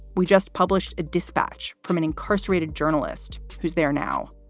we just published a dispatch from an incarcerated journalist who's there now.